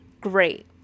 great